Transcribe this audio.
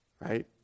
right